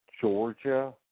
Georgia